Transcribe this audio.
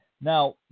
Now